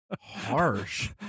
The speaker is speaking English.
harsh